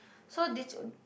so this